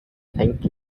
thank